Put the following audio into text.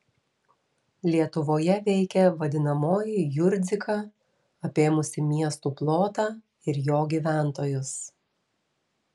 lietuvoje veikė vadinamoji jurzdika apėmusi miestų plotą ir jo gyventojus